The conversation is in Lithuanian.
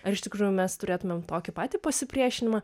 ar iš tikrųjų mes turėtumėm tokį patį pasipriešinimą